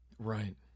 Right